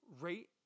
Rate